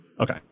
Okay